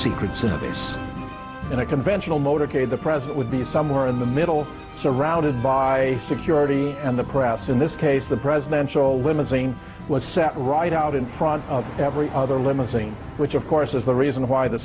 service in a conventional motorcade the president would be somewhere in the middle surrounded by security and the press in this case the presidential limousine was set right out in front of every other limousine which of course is the reason why the